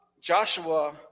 Joshua